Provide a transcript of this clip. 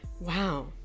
Wow